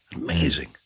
amazing